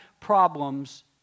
problems